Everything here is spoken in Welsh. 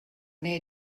neu